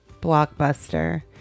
blockbuster